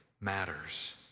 matters